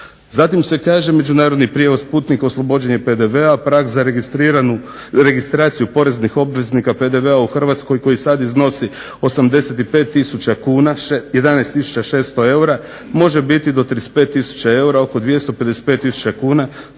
Zatim se kaže međunarodni prijevoz putnika oslobođen je PDV-a, prag za registraciju poreznih obveznika PDV-a u Hrvatskoj koji sada iznosi 85 tisuća kuna, 11 tisuća 600 eura, može biti do 35 tisuća eura oko 255 tisuća